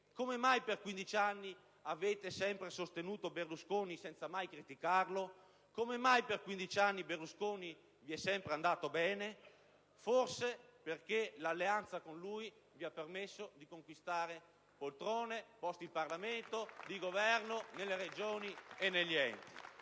come mai, per 15 anni, avete sempre sostenuto Berlusconi senza mai criticarlo? Come mai per 15 anni Berlusconi vi è sempre andato bene? Forse perché l'alleanza con lui vi ha permesso di conquistare poltrone, posti in Parlamento, di Governo, nelle Regioni e negli enti